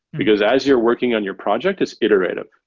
because as you're working on your project, it's iterative.